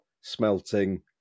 smelting